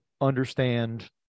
understand